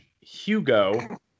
Hugo